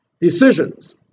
Decisions